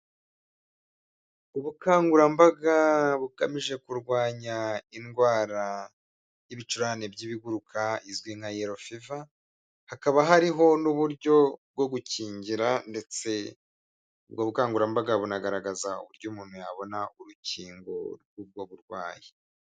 Ubukangurambaga bugamije kurwanya indwara y'ibicurane by'ibiguruka izwi nka yerofeva, hakaba hariho n'uburyo bwo gukingira ndetse ubwo bukangurambaga bunagaragaza uburyo umuntu yabona urukingo rw'ubwo burwayi.